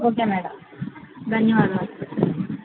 okay madam ధన్యవాదాలు